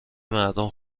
مردم